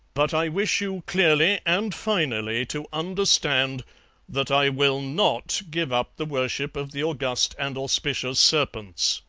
but i wish you clearly and finally to understand that i will not give up the worship of the august and auspicious serpents